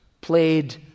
played